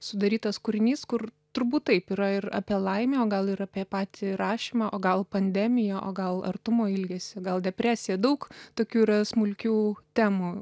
sudarytas kūrinys kur turbūt taip yra ir apie laimę o gal ir apie patį rašymą o gal pandemiją o gal artumo ilgesį gal depresiją daug tokių yra smulkių temų